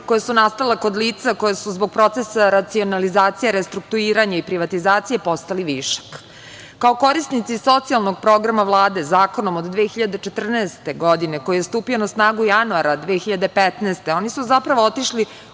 koja su nastala kod lica koje su zbog procesa racionalizacije, restrukturiranje i privatizacije postali višak. Kao korisnici socijalnog programa Vlade zakonom od 2014. godine, koji je stupio na snagu januara 2015. godine, oni su zapravo otišli